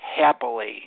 happily